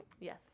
Yes